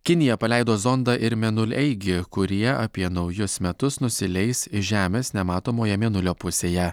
kinija paleido zondą ir mėnuleigį kurie apie naujus metus nusileis iš žemės nematomoje mėnulio pusėje